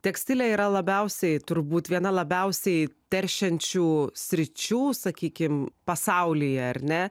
tekstilė yra labiausiai turbūt viena labiausiai teršiančių sričių sakykim pasaulyje ar ne